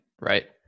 right